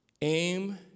Aim